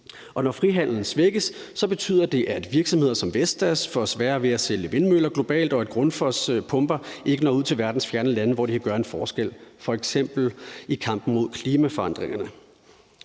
når frihandelen svækkes, betyder det, at virksomheder som Vestas får sværere ved at sælge vindmøller globalt, og at Grundfos' pumper ikke når ud til verdens fjerne lande, hvor de kan gøre en forskel, f.eks. i kampen mod klimaforandringerne.